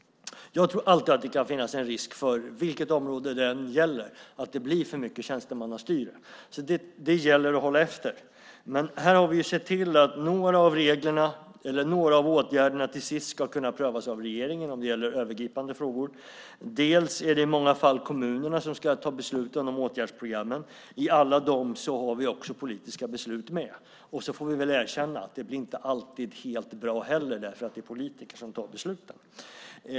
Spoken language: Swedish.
Jag tror alltid att det kan finnas en risk, vilket område det än gäller, att det blir för mycket tjänstemannastyre. Det gäller att hålla efter det. Men här har vi dels sett till att några av åtgärderna till sist ska kunna prövas av regeringen om det gäller övergripande frågor, dels att det i många fall är kommunerna som ska ta besluten om åtgärdsprogrammen. I alla dem har vi också politiska beslut med, och så får vi väl erkänna att det heller inte alltid blir helt bra bara för att det är politiker som fattar besluten.